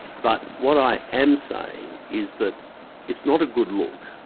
but what i am saying is that it's not a good look.